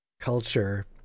culture